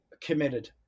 committed